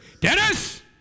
Dennis